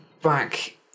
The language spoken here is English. Back